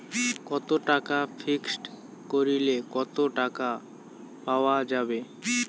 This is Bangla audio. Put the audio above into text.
কত টাকা ফিক্সড করিলে কত টাকা পাওয়া যাবে?